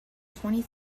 twenty